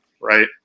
right